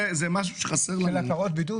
זה בשל הפרות בידוד.